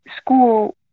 school